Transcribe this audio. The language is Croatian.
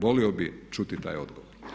Volio bih čuti taj odgovor.